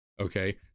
Okay